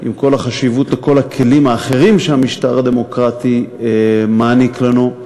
עם כל הכלים האחרים שהמשטר הדמוקרטי מעניק לנו: